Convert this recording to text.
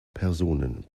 personen